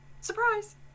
surprise